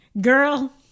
girl